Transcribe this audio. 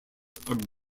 are